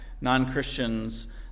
non-Christians